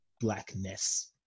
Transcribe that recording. blackness